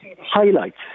highlights